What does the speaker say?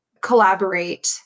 collaborate